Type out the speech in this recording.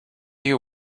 you